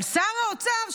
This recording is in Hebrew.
אבל שר האוצר,